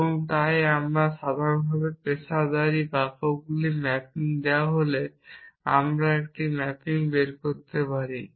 এবং তাই সাধারণভাবে পেশাদার বাক্যগুলির ম্যাপিং দেওয়া হলে আমরা একটি ম্যাপিং বের করতে পারি